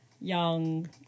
young